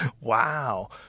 Wow